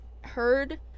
heard